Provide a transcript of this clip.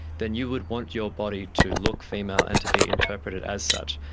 then you would want your body to look female and to be interpreted as such.